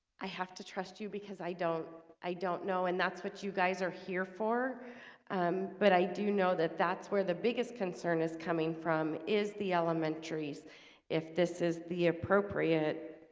i have to trust you because i don't i know and that's what you guys are here for um but i do know that that's where the biggest concern is coming from is the elementary's if this is the appropriate